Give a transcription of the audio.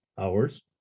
hours